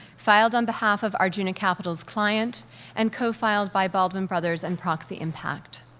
filed on behalf of arjuna capital's client and cofiled by baldwin brothers and proxy impact.